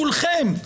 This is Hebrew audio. כולכם,